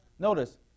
Notice